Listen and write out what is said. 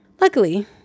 Luckily